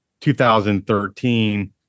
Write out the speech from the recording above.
2013